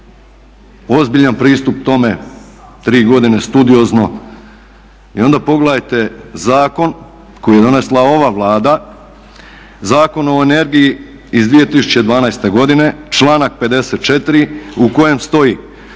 ozbiljan pristup tome tri godine studiozno i onda pogledajte zakon koji je donesla ova Vlada Zakon o energiji iz 2012.godine članak 54.u kojem stoji